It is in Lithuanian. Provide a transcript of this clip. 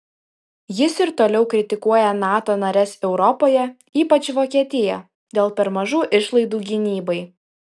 jis ir toliau kritikuoja nato nares europoje ypač vokietiją dėl per mažų išlaidų gynybai